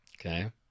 Okay